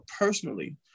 personally